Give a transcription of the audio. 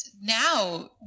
now